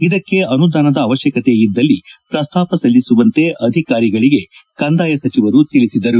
ಇದಕ್ಕೆ ಅನುದಾನದ ಅವಶ್ಯಕತೆ ಇದ್ದಲ್ಲಿ ಪ್ರಸ್ತಾಪ ಸಲ್ಲಿಸುವಂತೆ ಅಧಿಕಾರಿಗಳಿಗೆ ಕಂದಾಯ ಸಚಿವರು ತಿಳಿಸಿದರು